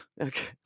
Okay